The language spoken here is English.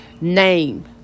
name